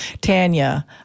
Tanya